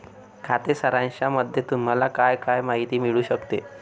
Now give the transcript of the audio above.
खाते सारांशामध्ये तुम्हाला काय काय माहिती मिळू शकते?